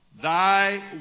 thy